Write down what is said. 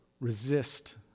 resist